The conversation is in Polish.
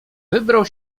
wybrał